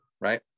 right